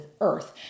earth